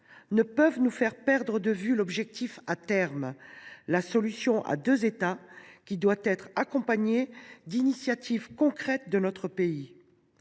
ne peuvent nous faire perdre de vue l’objectif à terme : la solution à deux États, qui doit être accompagnée d’initiatives concrètes de notre pays.